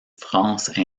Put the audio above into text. france